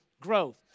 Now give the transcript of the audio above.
growth